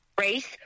race